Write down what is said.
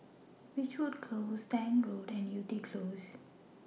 Ridgewood Close Tank Road and Yew Tee Close